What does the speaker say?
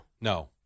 No